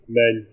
men